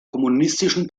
kommunistischen